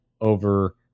over